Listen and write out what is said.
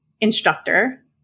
instructor